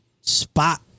spot